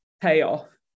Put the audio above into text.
payoff